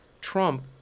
Trump